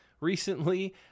recently